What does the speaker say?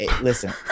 listen